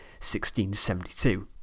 1672